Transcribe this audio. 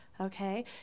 Okay